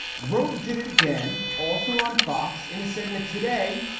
rove did it again. also on fox in a segment today,